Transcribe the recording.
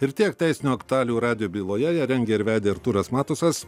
ir tiek teisinių aktualijų radijo byloje ją rengė ir vedė artūras matusas